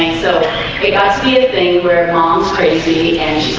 so they got see a thing where mom's crazy and